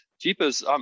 Jeepers